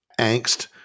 angst